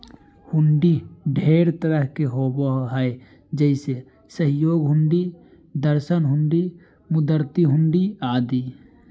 हुंडी ढेर तरह के होबो हय जैसे सहयोग हुंडी, दर्शन हुंडी, मुदात्ती हुंडी आदि